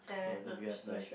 so if you had like